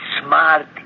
smart